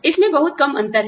इसमें बहुत कम अंतर है